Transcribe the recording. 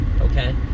Okay